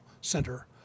center